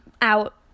out